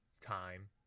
time